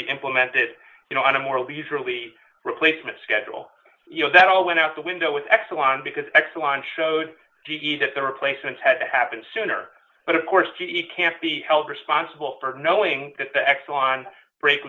be implemented you know on a more leisurely replacement schedule you know that all went out the window with exelon because exelon shows g e that the replacement had to happen sooner but of course it can't be held responsible for knowing that the exxon break